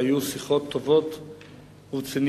שהיו שיחות טובות ורציניות,